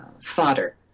fodder